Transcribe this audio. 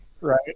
right